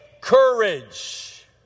courage